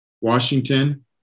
Washington